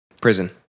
prison